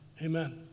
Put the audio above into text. Amen